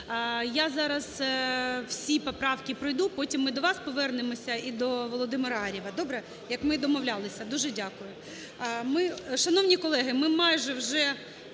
Я зараз всі поправки пройду, потім ми до вас повернемося і до Володимира Ар'єва, добре, як ми і домовлялися. Дуже дякую. Шановні колеги, ми майже вже